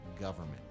government